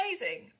amazing